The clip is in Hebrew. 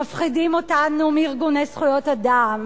מפחידים אותנו מארגוני זכויות אדם,